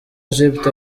egypt